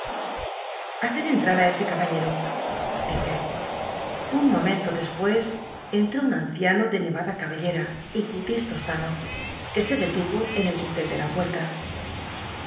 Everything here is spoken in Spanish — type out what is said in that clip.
haced entar á ese caballeo dije un momento despues cnt j'ó un anciano de nevada cabellera y cútis tostarlo que se detuvo en el dintel de la puerta